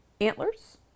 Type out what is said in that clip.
antlers